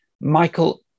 michael